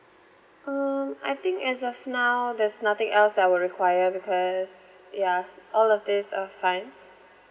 um I think as of now there's nothing else that I would require because ya all of this are fine